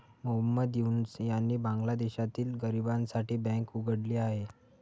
मोहम्मद युनूस यांनी बांगलादेशातील गरिबांसाठी बँक उघडली आहे